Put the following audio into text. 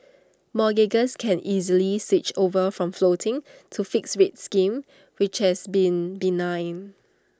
mortgagors can easily switch over from floating to fixed rate schemes which have been benign